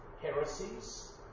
heresies